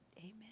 amen